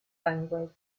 language